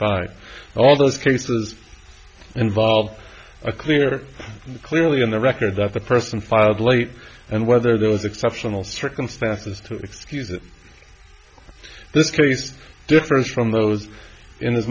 five all those cases involve a clear clearly on the record that the person filed late and whether there was exceptional circumstances to excuse it this case different from those in as